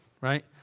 right